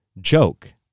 joke